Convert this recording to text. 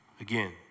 again